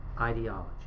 ideology